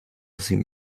seem